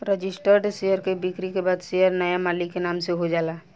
registered share के बिक्री के बाद शेयर नाया मालिक के नाम से हो जाला